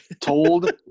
Told